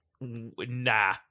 nah